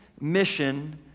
Mission